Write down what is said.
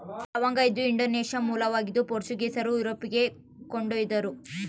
ಲವಂಗ ಇದು ಇಂಡೋನೇಷ್ಯಾ ಮೂಲದ್ದು ಪೋರ್ಚುಗೀಸರು ಯುರೋಪಿಗೆ ಕೊಂಡೊಯ್ದರು